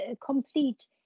complete